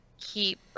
Keep